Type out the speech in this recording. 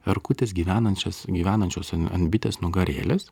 erkutės gyvenančios gyvenančios ant bitės nugarėlės